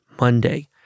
monday